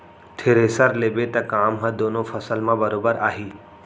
thresher लेबे त काम ह दुनों फसल म बरोबर आही